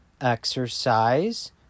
exercise